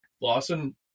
Lawson